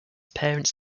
parents